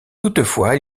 toutefois